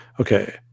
Okay